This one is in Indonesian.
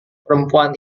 perempuan